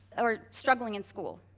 or struggling in school